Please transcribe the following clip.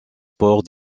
sports